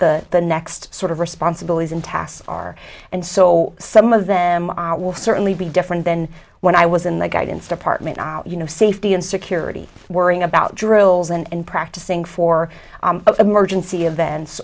the the next sort of responsibilities and tasks are and so some of them will certainly be different than when i was in the guidance department you know safety and security worrying about drills and practicing for emergency events